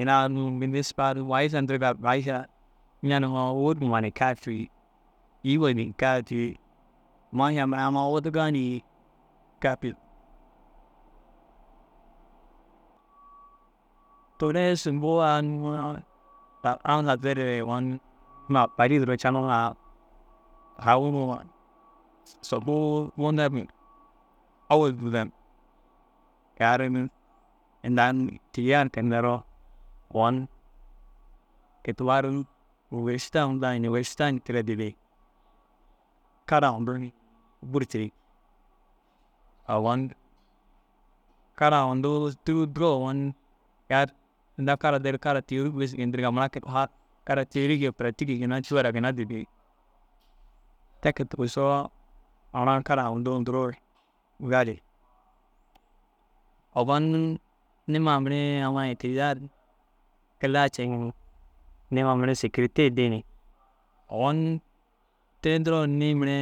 Ina unnu binisba unnu ma- iiša ndirega, ma- iiša ña nuŋoo? Wôkima na kaafi, îyima na kaafi maaša amma i wudugaa ni kaafi. Toore subuu ai unnu daa Furasa dereere ogon niĩma paris duro caŋiriŋa agu subuu munda ni ôwel kiyaa ru unnu inda aŋ êtiduya ru nderoo ogon kei tumar universita hunda universita ni tira didi. Kara hunduu ni buru tîri. Ogon kara hunduu tîruu duro ogon kiyaa ru tinda kara dêri tîyoorig bes geendireŋa mura keyi tumar kara tîyoorig ye peratig ye cûu ara ginna didi. Te ke tigisoo mura kara hunduu nduruu ru gali. Ogon niĩma mire amma êtudiya kilaa ceŋi ni. Niĩma mere sêkurite dii ni ogon te duro niĩ mire